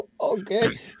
Okay